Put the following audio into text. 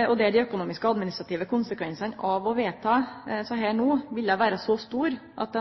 og der dei økonomiske og administrative konsekvensane av å vedta desse no ville vere så store at